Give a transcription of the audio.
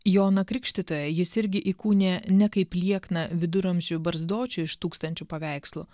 joną krikštytoją jis irgi įkūnija ne kaip liekną viduramžių barzdočių iš tūkstančių paveikslų